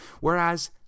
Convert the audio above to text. whereas